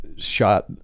shot